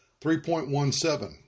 3.17